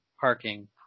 parking